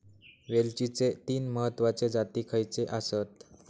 वेलचीचे तीन महत्वाचे जाती खयचे आसत?